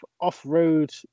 off-road